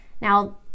Now